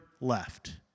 left